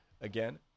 Again